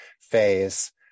phase